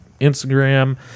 Instagram